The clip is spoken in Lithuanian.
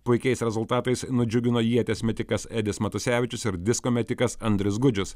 puikiais rezultatais nudžiugino ieties metikas edis matusevičius ir disko metikas andrius gudžius